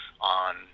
on